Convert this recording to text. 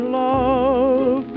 love